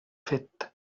fet